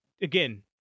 again